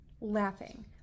Laughing